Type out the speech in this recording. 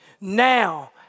Now